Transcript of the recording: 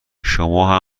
شما